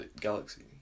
galaxy